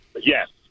Yes